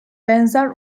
benzer